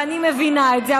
ואני מבינה את זה,